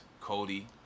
Cody